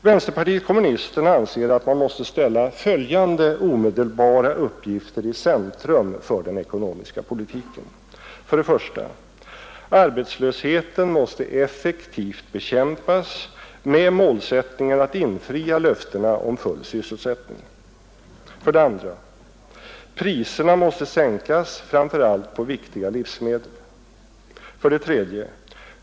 Vänsterpartiet kommunisterna anser att man måste ställa följande omedelbara uppgifter i centrum för den ekonomiska politiken: 1. Arbetslösheten måste effektivt bekämpas med målsättningen att infria löftena om full sysselsättning. 2. Priserna måste sänkas framför allt på viktiga livsmedel. 3.